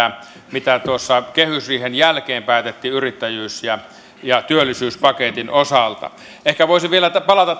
mitä kehysriihen jälkeen päätettiin yrittäjyys ja ja työllisyyspaketin osalta ehkä voisin vielä palata tähän verotuskysymykseen kun